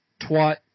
Twat